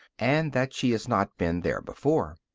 and that she has not been there before.